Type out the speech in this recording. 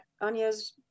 Anya's